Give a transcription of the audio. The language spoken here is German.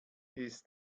ist